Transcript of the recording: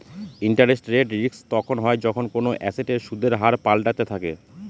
interest rate risk তখন হয় যখন কোনো এসেটের সুদের হার পাল্টাতে থাকে